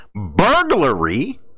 burglary